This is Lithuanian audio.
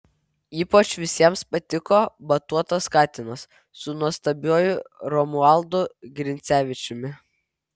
ypač visiems patiko batuotas katinas su nuostabiuoju romualdu grincevičiumi